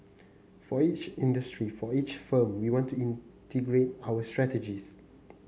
for each industry for each firm we want to integrate our strategies